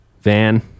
Van